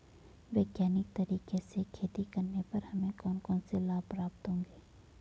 वैज्ञानिक तरीके से खेती करने पर हमें कौन कौन से लाभ प्राप्त होंगे?